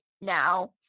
now